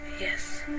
Yes